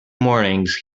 mornings